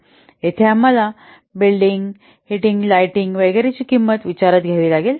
येथे आम्हाला building heating lighting वगैरेची किंमत विचारात घ्यावी लागेल